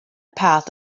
paths